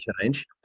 change